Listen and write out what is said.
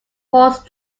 horse